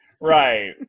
Right